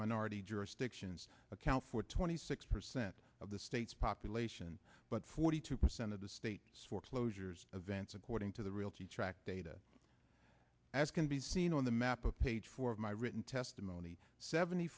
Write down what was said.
minority jurisdictions account for twenty six percent of the state's population but forty two percent of the state's foreclosures events according to the realty track data as can be seen on the map of page four of my written testimony seventy